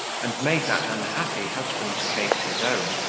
and made that unhappy husband's case his own,